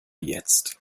jetzt